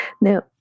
Now